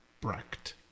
Brecht